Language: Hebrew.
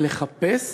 לחפש